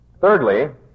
Thirdly